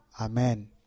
Amen